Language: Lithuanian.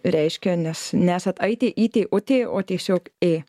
reiškia nes nesat aitė ytė utė o tiesiog ė